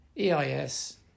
EIS